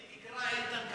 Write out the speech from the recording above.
לי תקרא איתן כבל.